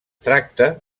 tracta